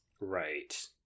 Right